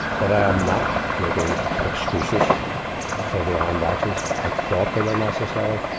but i am not making excuses for the armed actions. i thought they were necessary.